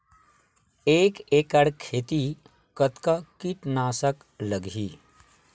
एक एकड़ खेती कतका किट नाशक लगही?